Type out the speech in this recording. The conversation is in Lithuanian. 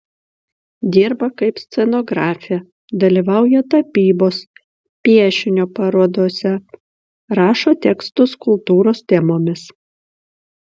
dirba kaip scenografė dalyvauja tapybos piešinio parodose rašo tekstus kultūros temomis